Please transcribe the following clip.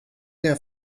der